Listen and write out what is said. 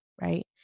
right